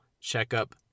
checkup